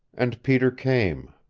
and peter came.